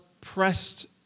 pressed